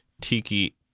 Tiki